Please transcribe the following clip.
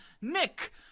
Nick